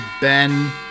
Ben